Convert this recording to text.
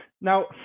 Now